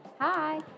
Hi